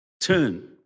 turn